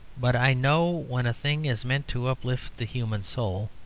but i know when a thing is meant to uplift the human soul,